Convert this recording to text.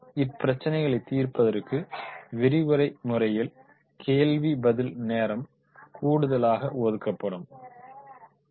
இந்தப்பிரச்சனைகளைத் தீர்ப்பதற்கு விரிவுரை முறையில் கேள்வி பதில் நேரம் கூடுதலாக ஒதுக்கப்படுதல் வேண்டும்